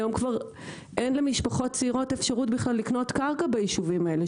היום כבר אין למשפחות צעירות אפשרות בכלל לקנות קרקע ביישובים האלה,